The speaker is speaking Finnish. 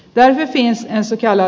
värvättiin selkeällä